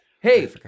Hey